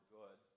good